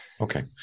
Okay